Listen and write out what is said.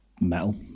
metal